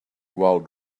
while